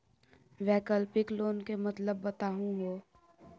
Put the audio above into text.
वैकल्पिक लोन के मतलब बताहु हो?